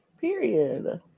Period